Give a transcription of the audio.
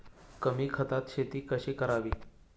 कमी खतात शेती कशी करावी?